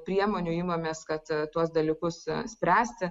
priemonių imamės kad tuos dalykus spręsti